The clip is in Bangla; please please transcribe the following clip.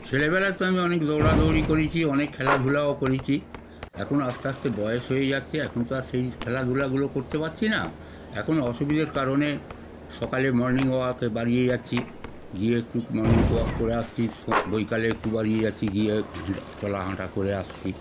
ছেলেবেলায় তো আমি অনেক দৌড়াদৌড়ি করেছি অনেক খেলাধুলাও করেছি এখন আস্তে আস্তে বয়স হয়ে যাচ্ছে এখন তো আর সেই খেলাধুলাগুলো করতে পারছি না এখন অসুবিধের কারণে সকালে মর্নিং ওয়াকে বেরিয়ে যাচ্ছি গিয়ে একটু মর্নিং ওয়াক করে আসছি বিকালে একটু বেরিয়ে যাচ্ছি গিয়ে চলা হাঁটা করে আসছি